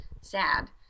sad